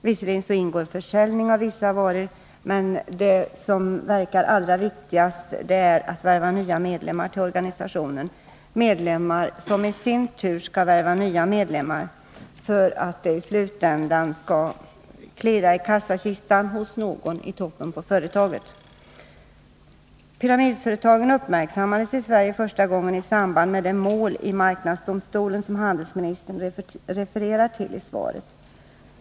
Visserligen ingår försäljning av vissa varor, men det viktigaste är att värva nya medlemmar till organisationen, medlemmar som i sin tur skall värva nya medlemmar för att det i slutändan skall klirra i kassakistan hos någon i toppen på företaget. Pyramidföretagen uppmärksammades i Sverige första gången i samband med det mål i marknadsdomstolen som handelsministern refererar till i sitt svar.